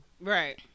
Right